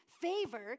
favor